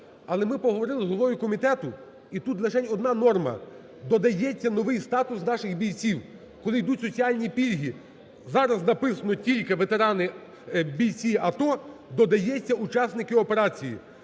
Але ми поговорили з головою комітету, і тут лишень одна норма: додається новий статус наших бійців, коли йдуть соціальні пільги. Зараз написано "тільки ветерани… бійці АТО", додається "учасники операції".